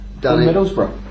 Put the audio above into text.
Middlesbrough